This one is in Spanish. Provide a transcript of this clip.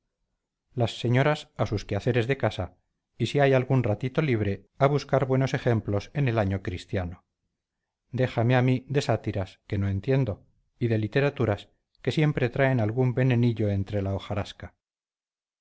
las señoras a sus quehaceres de casa y si hay algún ratito libre a buscar buenos ejemplos en el año cristiano déjame a mí de sátiras que no entiendo y de literaturas que siempre traen algún venenillo entre la hojarasca